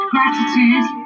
Gratitude